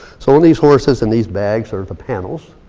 so when these horses and these bags are at the panels,